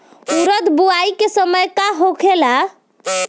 उरद बुआई के समय का होखेला?